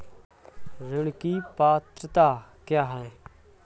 ऋण की पात्रता क्या है?